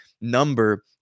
number